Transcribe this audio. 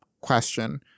question